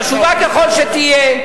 חשובה ככל שתהיה.